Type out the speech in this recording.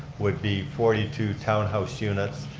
would be forty two townhouse units.